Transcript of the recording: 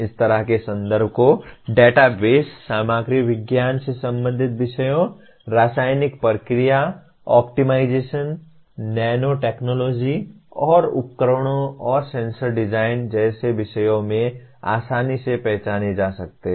इस तरह के संदर्भ को डेटाबेस सामग्री विज्ञान से संबंधित विषयों रासायनिक प्रक्रिया ऑप्टिमाइजेशन नैनो टेक्नोलॉजी और उपकरणों और सेंसर डिजाइन जैसे विषयों में आसानी से पहचाना जा सकता है